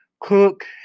cook